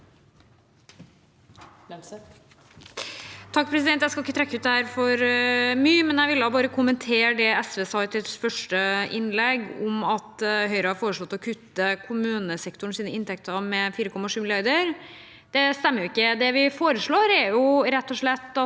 (H) Jeg skal ikke trekke ut dette for mye, men jeg vil bare kommentere det SV sa i sitt første innlegg om at Høyre har foreslått å kutte kommunesektorens inntekter med 4,7 mrd. kr. Det stemmer jo ikke. Det vi foreslår, er rett og slett at